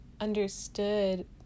understood